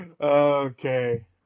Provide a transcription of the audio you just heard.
Okay